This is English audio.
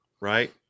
Right